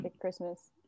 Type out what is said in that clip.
Christmas